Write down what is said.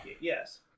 Yes